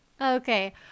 Okay